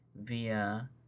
via